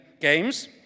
games